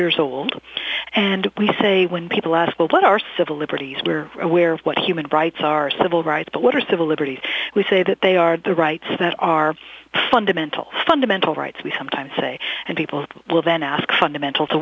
years old and we say when people ask what our civil liberties are aware of what human rights our civil rights but what are civil liberties we say that they are the rights that are fundamental fundamental rights we sometimes say and people will then ask fundamental to